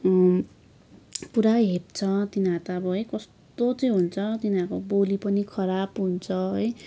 पुरा हेप्छ तिनीहरू त अब है कस्तो चाहिँ हुन्छ तिनीहरूको बोली पनि खराब हुन्छ है